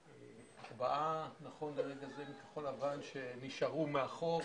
ארבעה נכון לרגע זה מכחול לבן שנשארו מאחור,